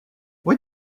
why